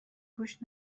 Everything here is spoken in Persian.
گوش